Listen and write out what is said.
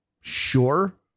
sure